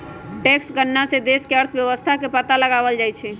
tax गणना से देश के अर्थव्यवस्था के पता लगाएल जाई छई